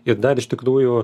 ir dar iš tikrųjų